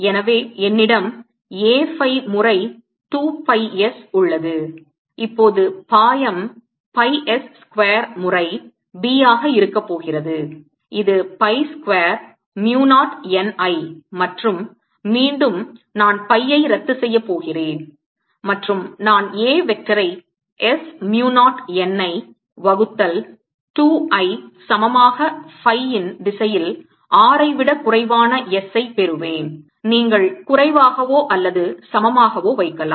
எனவே என்னிடம் A phi முறை 2 pi s உள்ளது இப்போது பாயம் pi s ஸ்கொயர் முறை B ஆக இருக்க போகிறது இது pi square mu 0 n I மற்றும் மீண்டும் நான் pi யை ரத்து செய்ய போகிறேன் மற்றும் நான் A வெக்டரை s mu 0 n I வகுத்தல் 2 ஐ சமமாக phi ன் திசையில் R ஐ விட குறைவான s ஐ பெறுவேன் நீங்கள் குறைவாகவோ அல்லது சமமாகவோ வைக்கலாம்